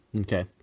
Okay